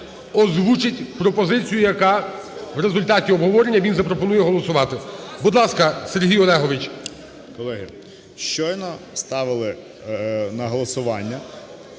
озвучить пропозицію, яку в результаті обговорення він запропонує голосувати. Будь ласка, Сергій Олегович.